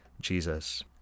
Jesus